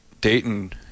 Dayton –